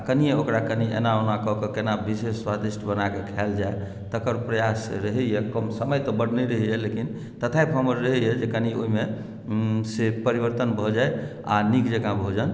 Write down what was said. आ कनिये ओकरा कनि एना ओना कऽ कऽ केना विशेष स्वादिष्ट बनाके खाएल जाय तकर प्रयास रहैए कम समय तऽ बड नहि रहैए लेकिन तथापि हमर रहैए जे कनि ओहिमे से परिवर्तन भऽ जाय आ नीक जकाँ भोजन